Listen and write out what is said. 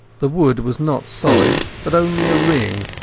the wood was not solid, but only a ring,